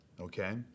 okay